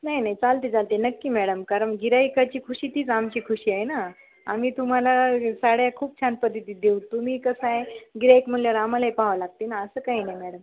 नाही नाही चालते चालते नक्की मॅडम कारण गिऱ्हायकाची खुशी तीच आमची खुशी आहे ना आम्ही तुम्हाला साड्या खूप छान पद्धतीत देऊ तुम्ही कसं आहे गिऱ्हायक म्हटल्यावर आम्हालाही पाहावं लागते ना असं काही नाही मॅडम